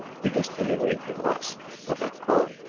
we just delivering the last, what i call,